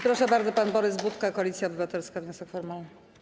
Proszę bardzo, pan Borys Budka, Koalicja Obywatelska, wniosek formalny.